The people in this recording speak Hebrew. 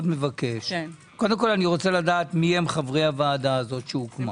קודם כל אני רוצה לדעת מי חברי הוועדה שהוקמה